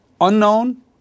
Unknown